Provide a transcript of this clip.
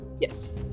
Yes